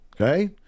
Okay